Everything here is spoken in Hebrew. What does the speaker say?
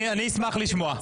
אני אשמח לשמוע.